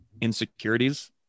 insecurities